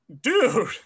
dude